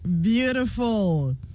Beautiful